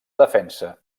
defensa